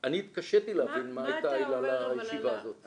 אני התקשיתי להבין מה הייתה העילה לסיבה הזאת.